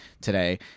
today